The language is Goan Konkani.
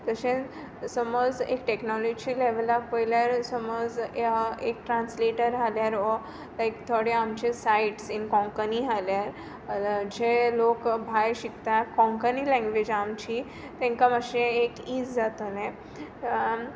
तशें सोमोज एक टेक्नोलॉजी लेवलाक पोयल्यार सोमोज एक ट्रांसलेटर आहल्यार वो लायक थोडे लायक आमचे सायट्स इन कोंकनी आहल्यार जे लोक भायर शिकताय कोंकनी लेंग्वेज आमची तेंका मातशें एक इज जातोलें